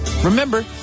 Remember